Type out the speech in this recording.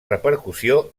repercussió